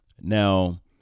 Now